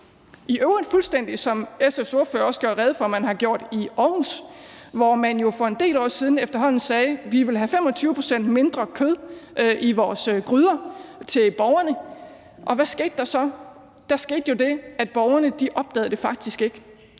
i øvrigt fuldstændig ligesom SF's ordfører gjorde rede for at man har gjort i Aarhus, hvor man for efterhånden en del år siden sagde, at man ville have 25 pct. mindre kød i gryderne til borgerne. Og hvad skete der så? Der skete jo det, at borgerne faktisk ikke